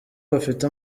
bafite